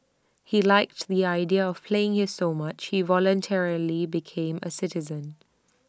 he liked the idea of playing here so much he voluntarily became A citizen